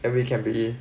and we can be